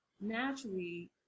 naturally